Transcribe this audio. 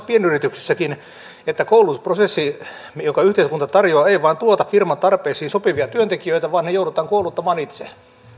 pienyrityksessäkin että koulutusprosessi jonka yhteiskunta tarjoaa ei vain tuota firman tarpeisiin sopivia työntekijöitä vaan ne joudutaan kouluttamaan itse